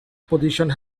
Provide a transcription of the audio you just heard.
position